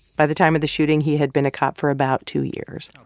by the time of the shooting, he had been a cop for about two years